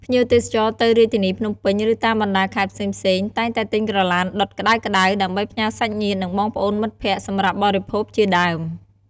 ភ្ញៀវទេសចរទៅរាជធានីភ្នំពេញ ឬតាមបណ្តាខេត្តផ្សេងៗ តែងតែទិញក្រឡានដុតក្តៅៗ ដើម្បីផ្ញើសាច់ញ្ញាតិបងប្អូនមិត្តភក្តិសម្រាប់បរិភោគជាដើម។